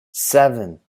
seven